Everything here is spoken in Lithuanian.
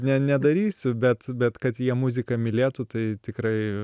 ne nedarysiu bet bet kad jie muziką mylėtų tai tikrai